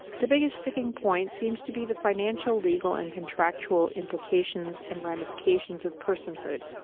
the biggest sticking point seems to be the financial, legal and contractual implications and ramifications of personhood,